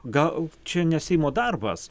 gal čia ne seimo darbas